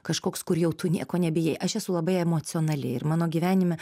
kažkoks kur jau tu nieko nebijai aš esu labai emocionali ir mano gyvenime